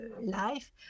life